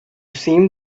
seem